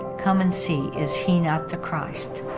come and see is he not the christ.